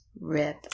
Rip